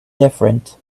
different